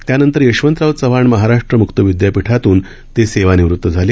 त्यानंतर यशवंतराव चव्हाण महाराष्ट्र म्क्त विद्यापीठातून ते सेवानिवृत झाले